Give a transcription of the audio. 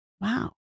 wow